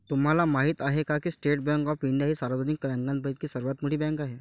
तुम्हाला माहिती आहे का की स्टेट बँक ऑफ इंडिया ही सार्वजनिक बँकांपैकी सर्वात मोठी बँक आहे